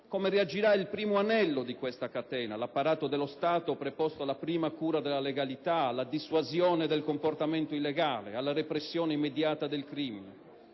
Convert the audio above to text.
Come reagirà il primo anello di questa catena, l'apparato dello Stato preposto alla prima cura della legalità, alla dissuasione del comportamento illegale, alla repressione immediata del crimine?